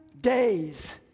days